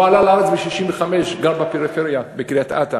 הוא עלה לארץ ב-1965, גר בפריפריה, בקריית-אתא,